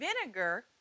vinegar